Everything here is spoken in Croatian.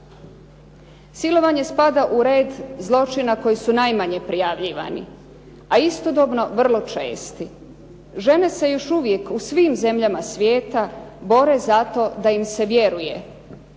Silovanje spada u red zločina koji su najmanje prijavljivani, a istodobno vrlo česti. Žene se još uvijek u svim zemljama svijeta bore za to da im se vjeruje